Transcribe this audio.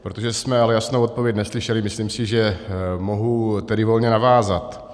Protože jsme ale jasnou odpověď neslyšeli, myslím si, že mohu tedy volně navázat.